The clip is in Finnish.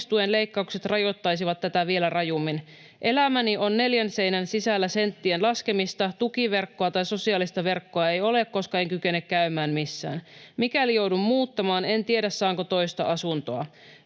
ja asumistuen leikkaukset rajoittaisivat tätä vielä rajummin. Elämäni on neljän seinän sisällä senttien laskemista. Tukiverkkoa tai sosiaalista verkkoa ei ole, koska en kykene käymään missään. Mikäli joudu muuttamaan, en tiedä, saanko toista asuntoa.